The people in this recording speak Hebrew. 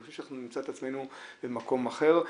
אני חושב שאנחנו נמצא את עצמנו במקום אחר.